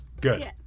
Good